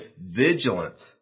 vigilance